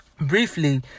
Briefly